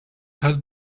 had